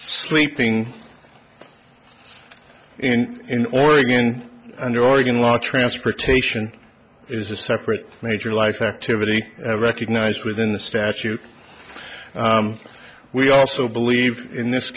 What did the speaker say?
sleeping in in oregon under oregon law transportation is a separate major life activity recognized within the statute we also believe in this